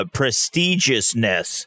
prestigiousness